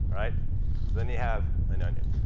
then you have an onion.